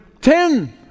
ten